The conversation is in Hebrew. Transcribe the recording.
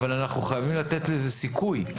אבל אנחנו חייבים לתת לזה סיכוי.